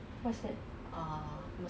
and sports bra ah